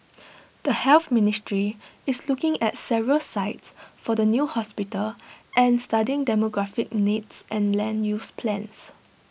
the health ministry is looking at several sites for the new hospital and studying demographic needs and land use plans